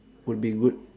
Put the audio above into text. would be good